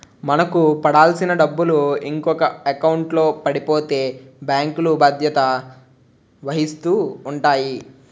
మనకు పడాల్సిన డబ్బులు ఇంకొక ఎకౌంట్లో పడిపోతే బ్యాంకులు బాధ్యత వహిస్తూ ఉంటాయి